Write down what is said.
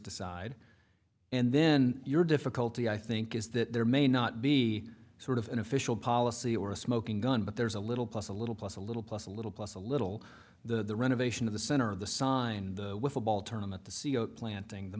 decide and then your difficulty i think is that there may not be sort of an official policy or a smoking gun but there's a little plus a little plus a little plus a little plus a little the renovation of the center of the sign with a ball turn at the c e o planting the